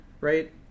right